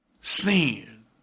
sin